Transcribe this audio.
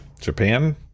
japan